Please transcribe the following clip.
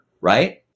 right